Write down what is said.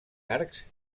arcs